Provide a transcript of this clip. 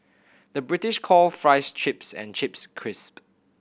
the British call fries chips and chips crisp